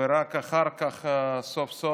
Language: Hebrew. ורק אחר כך סוף-סוף